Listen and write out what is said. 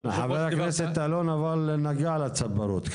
חבר הכנסת אלון נגע על הצפרות.